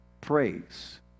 praise